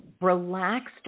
relaxed